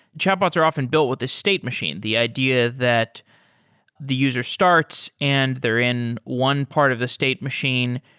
chatbots are often built with a state machine. the idea that the user starts and they're in one part of the state machine,